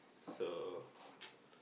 so